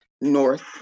north